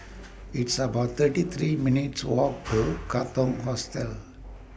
It's about thirty three minutes' Walk to Katong Hostel